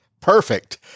Perfect